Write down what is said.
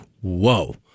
whoa